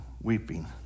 weeping